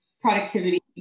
productivity